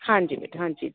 ਹਾਂਜੀ ਬੇਟਾ ਹਾਂਜੀ